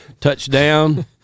Touchdown